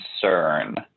concern